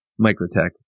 Microtech